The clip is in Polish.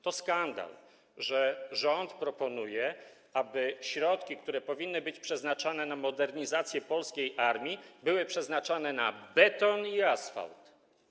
To skandal, że rząd proponuje, aby środki, które powinny być przeznaczane na modernizację polskiej armii, były przeznaczane na beton i asfalt.